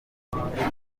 amakarita